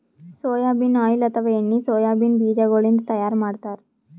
soybean oil ಅಥವಾ ಎಣ್ಣಿ soyabean ಬಿಜಾಗೋಳಿನ್ದ ತೈಯಾರ್ ಮಾಡ್ತಾರ್